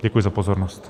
Děkuji za pozornost.